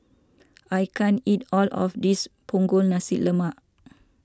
I can't eat all of this Punggol Nasi Lemak